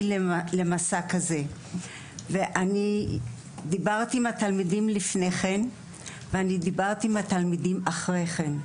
למסע כזה ודיברתי עם התלמידים לפני כן ודיברתי עם התלמידים אחרי כן.